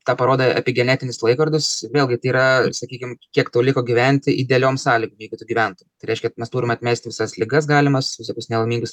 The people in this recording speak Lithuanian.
tą parodo epigenetinis laikrodis vėlgi tai yra sakykim kiek tau liko gyventi idealiom sąlygom jeigu tu gyventum tai reiškia mes turime atmesti visas ligas galimas visokius nelaimingus